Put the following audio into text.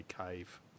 cave